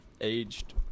aged